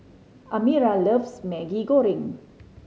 Amira loves Maggi Goreng